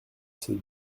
ses